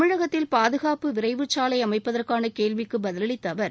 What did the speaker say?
தமிழகத்தில் பாதுகாப்பு விரைவுச் சாலை அமைப்பதற்கான கேள்விக்கு பதிலளித்த அவர்